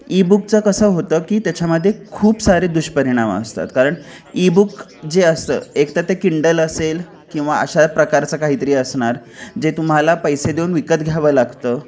ईबुकचं कसं होतं की त्याच्यामध्ये खूप सारे दुष्परिणाम असतात कारण ईबुक जे असतं एक तर ते किंडल असेल किंवा अशा प्रकारचं काहीतरी असणार जे तुम्हाला पैसे देऊन विकत घ्यावं लागतं